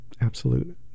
absolute